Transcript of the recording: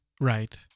right